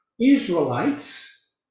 Israelites